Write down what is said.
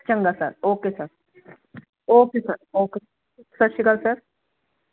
ਚੰਗਾ sir okay sir okay sir okay sir Sat Sri Akal sir